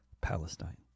Palestine